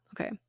Okay